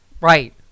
Right